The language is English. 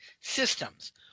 systems